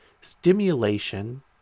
Stimulation